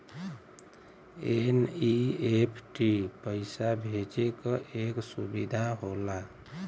NEFT पइसा भेजे क एक सुविधा होला